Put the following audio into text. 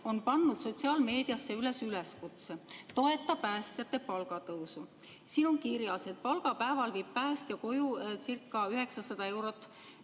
on pannud sotsiaalmeediasse üleskutse, et toeta päästjate palgatõusu. Siin on kirjas, et palgapäeval viib päästja kojuca900 eurot,